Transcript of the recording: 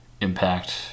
impact